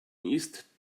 ist